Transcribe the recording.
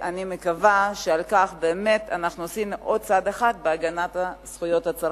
אני מקווה שבכך אנחנו עשינו באמת עוד צעד אחד בהגנת זכויות הצרכן.